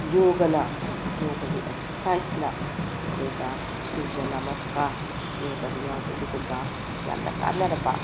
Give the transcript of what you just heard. ꯌꯣꯒꯅ ꯌꯣꯒꯒꯤ ꯑꯦꯛꯁ꯭ꯔꯁꯥꯏꯁꯅ ꯑꯩꯈꯣꯏꯗ ꯁꯨꯔꯖ ꯅꯃꯁꯀꯥꯔ ꯌꯣꯒꯗ ꯌꯥꯎꯕ ꯑꯗꯨꯒꯨꯝꯕ ꯌꯥꯝꯅ ꯀꯥꯟꯅꯔꯕ